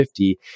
50